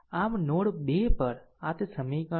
આમ નોડ 2 પર આ તે સમીકરણ છે